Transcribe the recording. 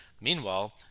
Meanwhile